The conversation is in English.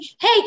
hey